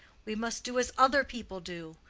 we must do as other people do.